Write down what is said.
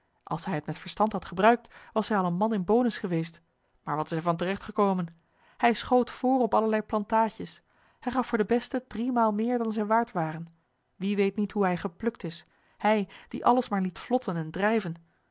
als hij het met verstand had gebruikt was hij al een man in b o n i s geweest maar wat is er van teregt gekomen hij schoot voor op allerlei plantaadjes hij gaf voor de beste driemaal meer dan zij waard waren wie weet niet hoe hij geplukt is hij die alles maar liet vlotten en drijven